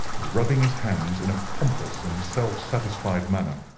rubbing his hands in a pompous and self-satisfied manner.